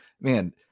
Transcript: man